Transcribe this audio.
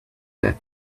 that